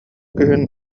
күһүн